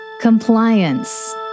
Compliance